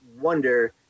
wonder